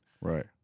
Right